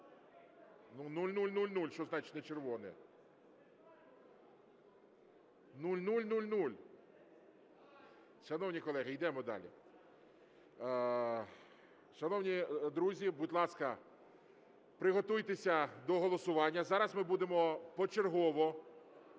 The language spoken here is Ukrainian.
Нуль, нуль, нуль, нуль, що значить - не червоне? Нуль, нуль, нуль, нуль. Шановні колеги, йдемо далі. Шановні друзі, будь ласка, приготуйтеся до голосування. Зараз ми будемо почергово